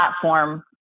platform